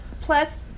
Plus